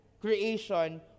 creation